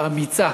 האמיצה,